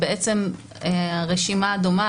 והרשימה דומה,